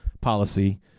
policy